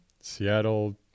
Seattle